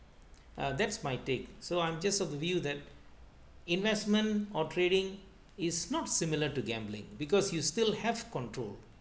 uh that's my take so I'm just of the view that investment or trading is not similar to gambling because you still have control